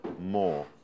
more